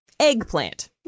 Eggplant